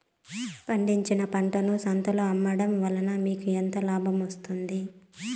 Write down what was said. పండించిన పంటను సంతలలో అమ్మడం వలన మీకు ఎంత లాభం వస్తుంది?